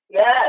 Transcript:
Yes